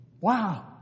Wow